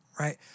Right